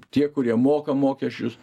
tie kurie moka mokesčius